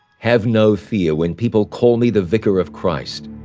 have no fear when people call me the vicar of christ,